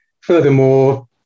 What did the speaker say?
Furthermore